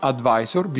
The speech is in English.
Advisor